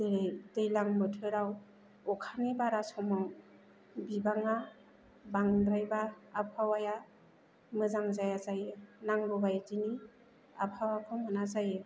जेरै दैज्लां बोथोराव अखानि बारा समाव बिबाङा बांद्रायबा आबहावाया मोजां जाया जायो नांगौ बायदि आबहावाखौ मोना जायो